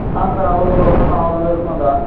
ஆ அக்கா அவ்வளோ ஆ அவ்வளோ இருக்கும்கா